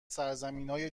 سرزمینای